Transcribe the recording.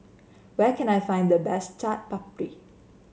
where can I find the best Chaat Papri